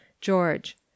George